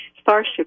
Starship